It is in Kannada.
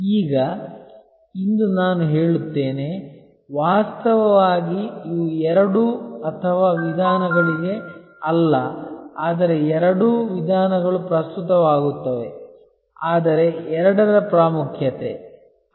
ಈಗ ಇಂದು ನಾನು ಹೇಳುತ್ತೇನೆ ವಾಸ್ತವವಾಗಿ ಇವು ಎರಡೂ ಅಥವಾ ವಿಧಾನಗಳಿಗೆ ಅಲ್ಲ ಆದರೆ ಎರಡೂ ವಿಧಾನಗಳು ಪ್ರಸ್ತುತವಾಗುತ್ತವೆ ಆದರೆ ಎರಡರ ಪ್ರಾಮುಖ್ಯತೆ